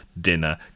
dinner